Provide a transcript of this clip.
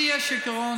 לי יש עיקרון